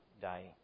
day